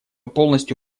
полностью